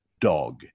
dog